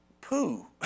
poo